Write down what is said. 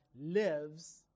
lives